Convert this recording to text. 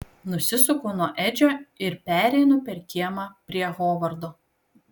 nusisuku nuo edžio ir pereinu per kiemą prie hovardo